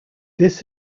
this